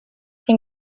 sia